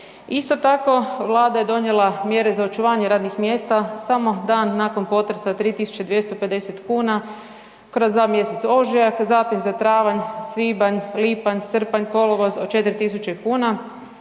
Isto tako Vlada je donijela mjere za očuvanje radnih mjesta samo dan nakon potresa 3.250 kuna kroz dva mjeseca ožujak, zatim za travanj, svibanj, lipanj, srpanj, kolovoz od 4.000 kuna,